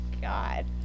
God